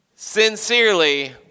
sincerely